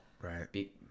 Right